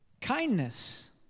kindness